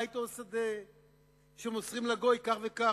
בית או שדה שמוסרים לגוי" כך וכך,